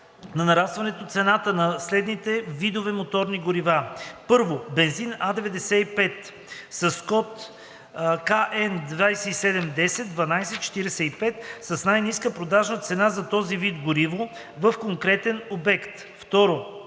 на нарастването цената на следните видове моторни горива: 1. бензин А95 (с код по КН 2710 12 45) с най-ниска продажна цена за този вид гориво в конкретен обект; 2.